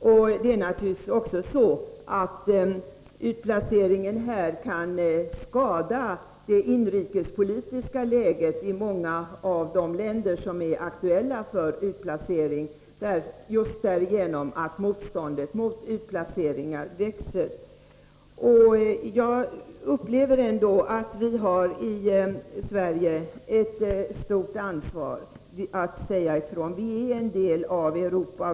Utplaceringen av robotar kan naturligtvis också försämra det inrikespolitiska läget i många av de länder som är aktuella för utplacering just därigenom att motståndet mot utplaceringar växer. Jag upplever ändå att vi i Sverige har ett stort ansvar att säga ifrån. Vårt land är en del av Europa.